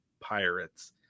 Pirates